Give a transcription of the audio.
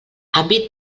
àmbit